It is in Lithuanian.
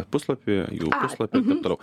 puslapį jų puslapį ir taip toliau